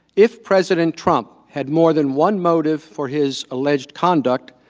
if president trump had more than one motive for his alleged conduct,